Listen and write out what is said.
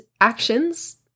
actions